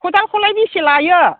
खदालखौलाय बेसे लायो